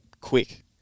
quick